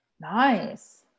Nice